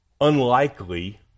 unlikely